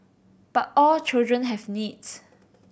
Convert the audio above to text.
but all children have needs